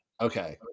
Okay